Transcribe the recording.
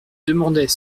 demandait